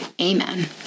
Amen